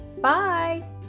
bye